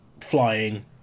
flying